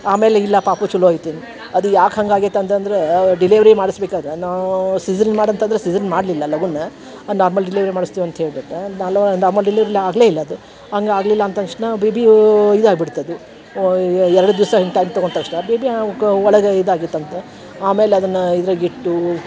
ಆಮೇಲೆ ಇಲ್ಲ ಪಾಪು ಚಲೋ ಐತಿನ ಅದು ಯಾಕ್ ಹಂಗೆ ಆಗ್ಯೈತಿ ಅಂತಂದರೆ ಡಿಲೆವರಿ ಮಾಡಿಸಬೇಕಾದ ನಾವು ಸಿಝರಿನ್ ಮಾಡಿ ಅಂತಂದರೆ ಸಿಝರಿನ್ ಮಾಡಲಿಲ್ಲ ಲಘುನ್ ಆ ನಾರ್ಮಲ್ ಡಿಲೆವರಿ ಮಾಡಸ್ತಿವಿ ಅಂತ ಹೇಳ್ಬಿಟ್ಟು ನಾಲವ ನಾಮಲ್ ಡಿಲೆವರಿಲಿ ಆಗ್ಲೆ ಇಲ್ಲದು ಹಂಗ್ ಆಗಲಿಲ್ಲ ಅಂತಷ್ಣ ಬೇಬಿ ಓ ಇದಾಗ್ಬಿಡ್ತ ಅದು ವ ಎರಡು ದಿವಸ ಹಿಂಗೆ ಟೈಮ್ ತಗೊಂತ ತಕ್ಷಣ ಬೇಬಿ ಹಾಂ ಓಕ ಒಳಗೆ ಇದಾಗಿತ್ತು ಅಂತ ಆಮೇಲೆ ಅದನ್ನ ಇದ್ರಾಗ ಇಟ್ಟು